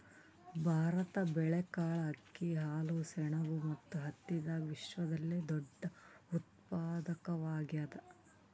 ಭಾರತ ಬೇಳೆಕಾಳ್, ಅಕ್ಕಿ, ಹಾಲು, ಸೆಣಬು ಮತ್ತು ಹತ್ತಿದಾಗ ವಿಶ್ವದಲ್ಲೆ ದೊಡ್ಡ ಉತ್ಪಾದಕವಾಗ್ಯಾದ